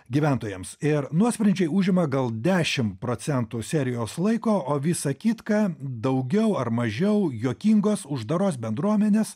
gyventojams ir nuosprendžiai užima gal dešim procentų serijos laiko o visa kitka daugiau ar mažiau juokingos uždaros bendruomenės